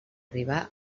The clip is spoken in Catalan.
arribar